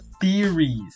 theories